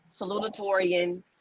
salutatorian